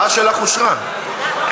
סליחה,